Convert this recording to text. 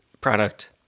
product